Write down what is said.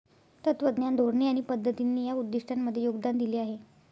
तत्त्वज्ञान, धोरणे आणि पद्धतींनी या उद्दिष्टांमध्ये योगदान दिले आहे